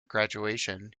graduation